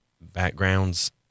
backgrounds